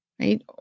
right